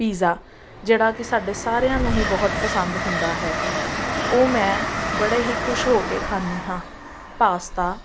pizza ਜਿਹੜਾ ਕਿ ਸਾਡੇ ਸਾਰਿਆਂ ਨੂੰ ਹੀ ਬਹੁਤ ਪਸੰਦ ਹੁੰਦਾ ਹੈ ਉਹ ਮੈਂ ਬੜੇ ਹੀ ਖੁਸ਼ ਹੋ ਕੇ ਖਾਂਦੀ ਹਾਂ ਪਾਸਤਾ